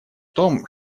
том